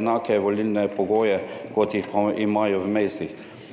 enake volilne pogoje kot jih imajo v mestih